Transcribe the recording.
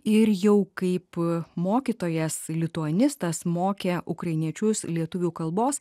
ir jau kaip e mokytojas lituanistas mokė ukrainiečius lietuvių kalbos